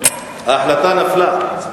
ההחלטה נפלה.